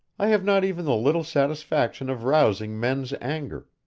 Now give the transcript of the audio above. i have not even the little satisfaction of rousing men's anger.